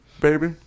baby